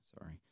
Sorry